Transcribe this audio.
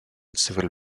civil